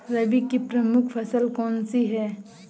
रबी की प्रमुख फसल कौन सी है?